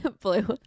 Blue